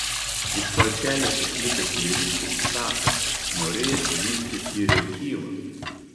iš valtelės išlipęs vyriškis sako norėjęs vykti į rėkyvą